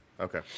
Okay